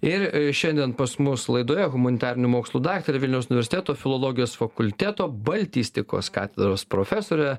ir šiandien pas mus laidoje humanitarinių mokslų daktarė vilniaus universiteto filologijos fakulteto baltistikos katedros profesorė